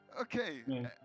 Okay